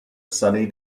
sunny